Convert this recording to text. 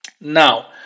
Now